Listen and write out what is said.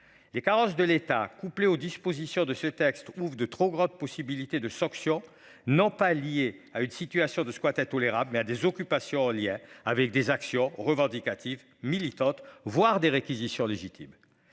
Les carences de l'État, couplée aux dispositions de ce texte ou de trop grande possibilité de sanctions non pas lié à une situation de squat à tolérable mais à des occupations en lien avec des actions revendicatives militante voire des réquisitions légitime.